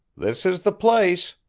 this is the place,